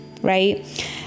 right